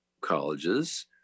colleges